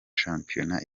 shampiyona